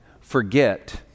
forget